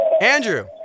Andrew